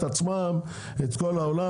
את עצמם את כל העולם,